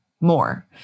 more